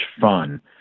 fun